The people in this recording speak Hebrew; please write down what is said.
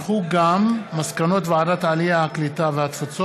כי הונחו היום על שולחן הכנסת,